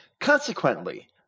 Consequently